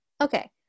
Okay